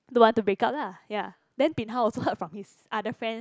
don't want to break up lah ya then bin hao also heard from his other friends